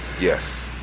Yes